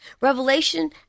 revelation